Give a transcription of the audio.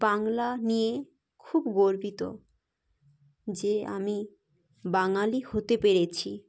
বাংলা নিয়ে খুব গর্বিত যে আমি বাঙালি হতে পেরেছি